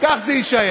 כך זה יישאר.